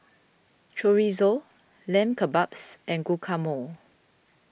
Chorizo Lamb Kebabs and Guacamole